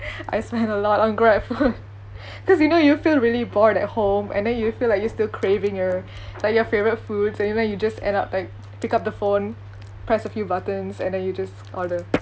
I spent a lot on grab food cause you know you feel really bored at home and then you feel like you still craving your like your favourite food and you went you just add up like pick up the phone press a few buttons and then you just order